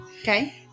Okay